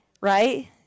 Right